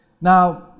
Now